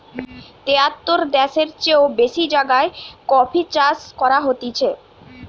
তেয়াত্তর দ্যাশের চেও বেশি জাগায় কফি চাষ করা হতিছে